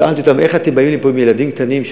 שאלתי אותם: איך אתם באים לפה עם ילדים קטנים,